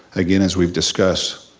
again, as we've discussed,